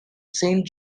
saint